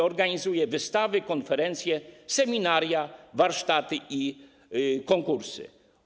Organizuje wystawy, konferencje, seminaria, warsztaty i konkursy.